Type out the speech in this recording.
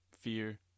fear